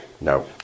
No